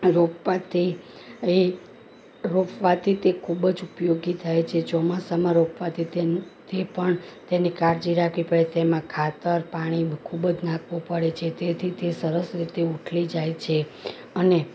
રોપવાથી એ રોપવાથી તે ખૂબ જ ઉપયોગી થાય છે ચોમાસામાં રોપવાથી તેનું તે પણ તેની કાળજી રાખવી પડે તેમાં ખાતર પાણી ખૂબ જ નાખવો પડે છે તેથી તે સરસ રીતે ઉછરી જાય છે અને